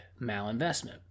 malinvestment